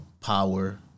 power